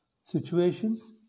situations